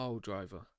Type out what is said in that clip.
driver